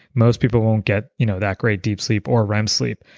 most people won't get you know that great deep sleep or rem sleep,